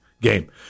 game